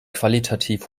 qualitativ